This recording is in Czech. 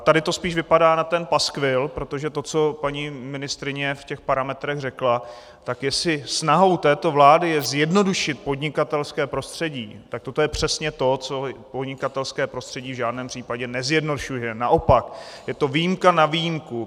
Tady to spíš vypadá na ten paskvil, protože to, co paní ministryně v těch parametrech řekla, tak jestli snahou této vlády je zjednodušit podnikatelské prostředí, tak toto je přesně to, co podnikatelské prostředí v žádném případě nezjednodušuje, naopak, je to výjimka na výjimku.